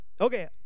okay